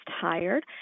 tired